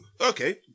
Okay